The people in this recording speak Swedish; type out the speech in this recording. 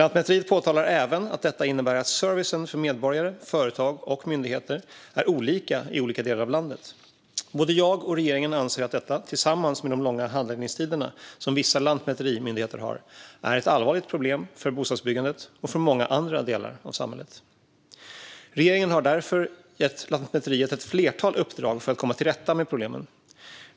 Lantmäteriet påtalar även att detta innebär att servicen för medborgare, företag och myndigheter är olika i olika delar av landet. Både jag och regeringen anser att detta, tillsammans med de långa handläggningstider som vissa lantmäterimyndigheter har, är ett allvarligt problem för bostadsbyggandet och för många andra delar av samhället. Regeringen har därför gett Lantmäteriet ett flertal uppdrag för att komma till rätta med problemen.